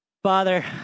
Father